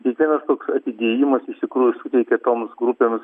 kiekvienas toks atidėjimas iš tikrųjų suteikia toms grupėms